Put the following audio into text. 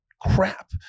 crap